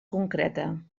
concreta